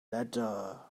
letter